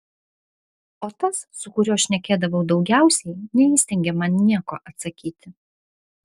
o tas su kuriuo šnekėdavau daugiausiai neįstengė man nieko atsakyti